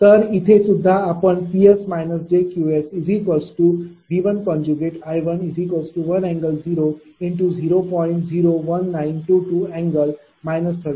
तर इथे सुद्धा आपण Ps jQsV1I11∠0°×0